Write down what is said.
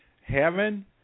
Heaven